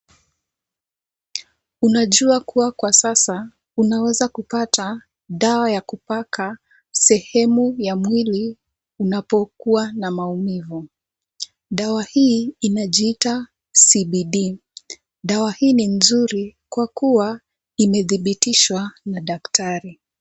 Unajua kuwa kwa sasa unaweza kupata dawa ya kupaka sehemu ya mwili unapokuwa na maumivu. Dawa hii inajiita CBD. Dawa hii ni mzuri kwa kuwa imedhibitishwa na daktari.